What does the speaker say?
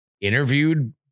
interviewed